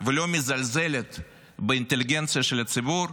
ולא מזלזלת באינטליגנציה של הציבור,